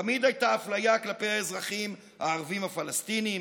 תמיד הייתה אפליה כלפי האזרחים הערבים הפלסטינים,